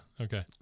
okay